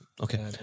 Okay